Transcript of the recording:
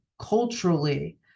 Culturally